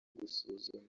gusuzuma